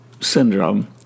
syndrome